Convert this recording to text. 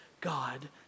God